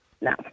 No